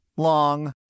long